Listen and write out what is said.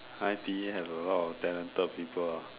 I_T_E has a lot of talented people ah